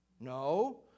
No